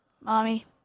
Mommy